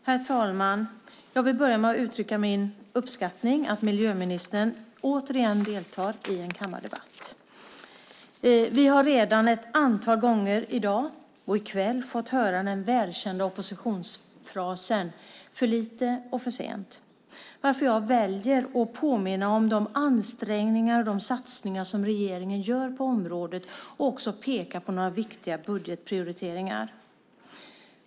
Herr talman! Jag vill börja med att utrycka min uppskattning över att miljöministern åter deltar i en kammardebatt. Vi har redan ett antal gånger i dag och i kväll fått höra den välkända oppositionsfrasen "för lite och för sent". Jag väljer därför att påminna om de ansträngningar och satsningar som regeringen gör på området och också peka på några viktiga budgetprioriteringar.